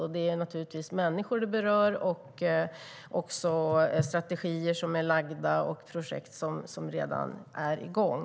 Det berör naturligtvis människor, det är strategier som är gjorda och projekt som redan är igång.